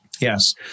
yes